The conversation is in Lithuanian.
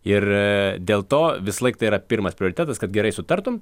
ir dėl to visąlaik tai yra pirmas prioritetas kad gerai sutartum